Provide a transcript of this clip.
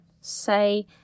say